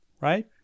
right